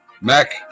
Mac